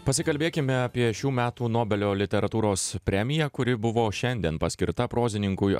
pasikalbėkime apie šių metų nobelio literatūros premiją kuri buvo šiandien paskirta prozininkui